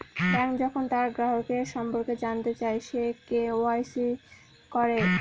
bank যখন তার গ্রাহকের সম্পর্কে জানতে চায়, সে কে.ওয়া.ইসি করে